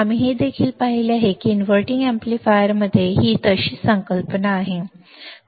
आम्ही हे देखील पाहिले आहे की इन्व्हर्टिंग अॅम्प्लीफायरमध्ये ही तशीच संकल्पना आहे